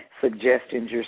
suggestions